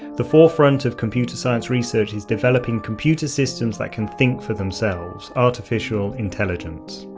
the forefront of computer science research is developing computer systems that can think for themselves artificial intelligence.